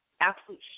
absolute